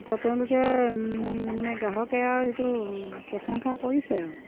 এতিয়া তেওঁলোকে মানে গ্ৰাহকে আৰু যিটো প্ৰশংসা কৰিছে আৰু